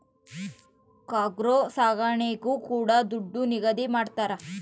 cargo ಸಾಗಣೆಗೂ ಕೂಡ ದುಡ್ಡು ನಿಗದಿ ಮಾಡ್ತರ